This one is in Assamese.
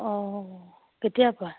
অঁ কেতিয়াৰপৰা